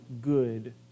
good